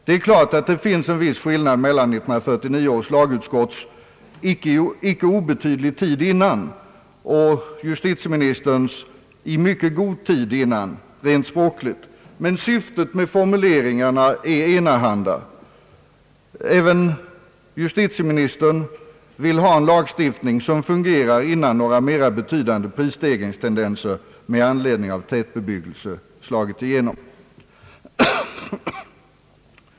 Det är klart att det rent språkligt finns en viss skillnad mellan 1949 års lagutskotts »icke obetydlig tid innan» och justitieministerns »i mycket god tid innan». Men syftet med formuleringarna är enahanda. Även justitieministern vill ha en lagstiftning som fungerar, innan några mera betydande prisstegringstendenser med anledning av tätbebyggelse slagit igenom.